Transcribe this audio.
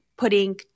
putting